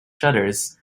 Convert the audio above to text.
shutters